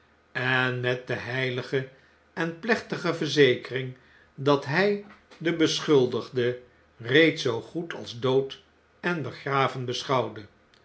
en met de heilige en plechtige verzekering dat hij den beschuldigde reeds zoogoed als dood en begraven beschouwde